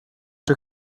czy